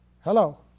Hello